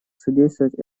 содействовать